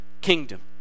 kingdom